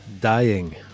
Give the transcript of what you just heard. Dying